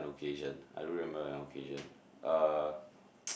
occasion I do remember an occasion uh